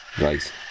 Right